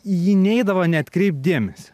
į jį neidavo neatkreipt dėmesio